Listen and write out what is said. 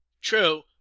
True